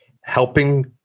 helping